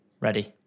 Ready